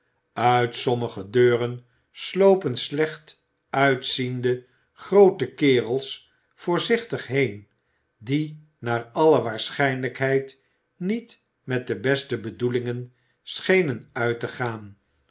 uit sommige deuren slopen slecht uitziende groote kerels voorzichtig heen die naar alle waarschijnlijkheid niet met de beste bedoelingen schenen uit te gaan